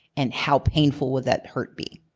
and how painful would that hurt be?